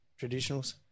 traditionals